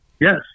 Yes